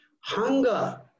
Hunger